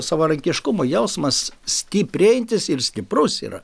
savarankiškumo jausmas stiprėjantis ir stiprus yra